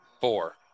Four